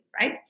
Right